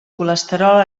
colesterol